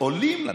עולים לנגב.